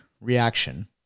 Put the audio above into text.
reaction